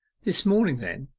this morning then,